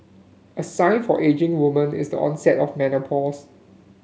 a sign for ageing woman is the onset of menopause